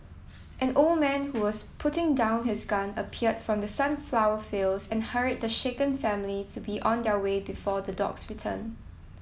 an old man who was putting down his gun appeared from the sunflower fields and hurried the shaken family to be on their way before the dogs return